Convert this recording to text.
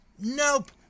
Nope